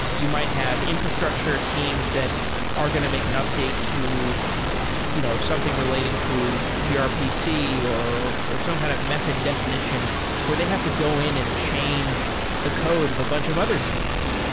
you might have infrastructure teams that are going to make and update to you know something relating to grpc or or some kind of method defi nition where they have to go in and change the code of a bunch of other teams.